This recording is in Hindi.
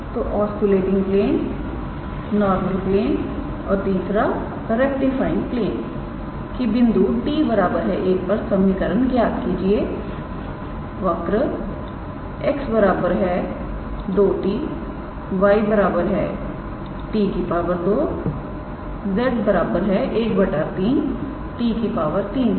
तो ऑस्किलेटिंग प्लेन नॉर्मल प्लेन और तीसरा रेक्टिफाईग प्लेन की बिंदु 𝑡 1 पर समीकरण ज्ञात कीजिए वक्र 𝑥 2𝑡 𝑦 𝑡 2 𝑧 1 3 𝑡 3 के लिए